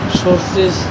sources